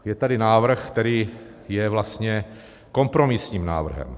Je tady návrh, který je vlastně kompromisním návrhem.